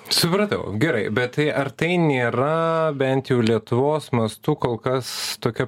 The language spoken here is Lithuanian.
supratau gerai bet tai ar tai nėra bent jau lietuvos mastu kol kas tokia pramoga